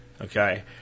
Okay